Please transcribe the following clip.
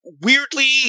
weirdly